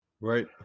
Right